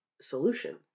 solution